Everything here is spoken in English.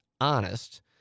honest